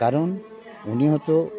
ᱠᱟᱨᱚᱱ ᱩᱱᱤ ᱦᱚᱛᱚ